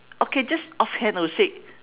okay just off hand I will say